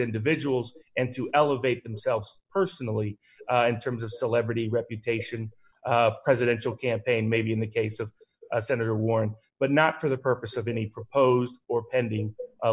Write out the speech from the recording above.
individuals and to elevate themselves personally in terms of celebrity reputation presidential campaign maybe in the case of a senator warner but not for the purpose of any proposed or pending